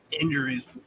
injuries